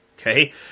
Okay